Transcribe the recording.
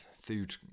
food